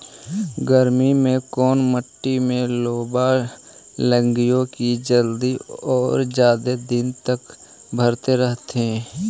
गर्मी में कोन मट्टी में लोबा लगियै कि जल्दी और जादे दिन तक भरतै रहतै?